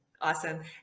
Awesome